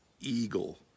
eagle